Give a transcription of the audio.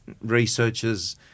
researchers